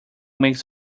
makes